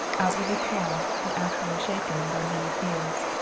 outwardly calm but actually shaken by many fears.